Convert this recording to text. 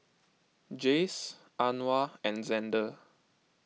Jayce Anwar and Xander